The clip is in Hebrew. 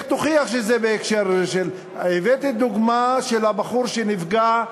איך תוכיח שזה בהקשר, הבאתי דוגמה של הבחור שנפגע,